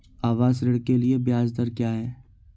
आवास ऋण के लिए ब्याज दर क्या हैं?